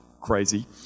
Crazy